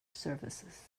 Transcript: surfaces